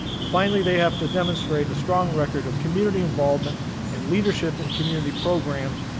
and finally, they have to demonstrate a strong record of community involvement and leadership in community programs,